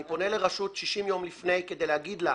אני פונה לרשות 60 יום לפני כדי להגיד לה: